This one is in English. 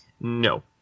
No